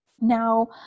Now